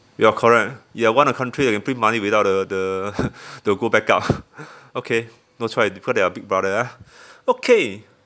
you're correct they're one of country that can print money without the the go backup okay no choice because they are big brother ah okay